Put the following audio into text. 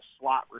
slot